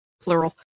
Plural